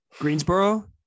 Greensboro